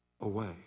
away